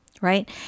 right